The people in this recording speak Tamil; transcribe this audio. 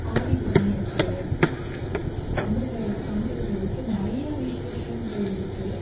ஆடிப்பதினெட்டு தமிழர்களுக்கு நிறையா விசேஷங்கள் இருக்கு